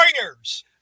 Warriors